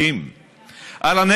בפלאפון, לא שאני בעד לדבר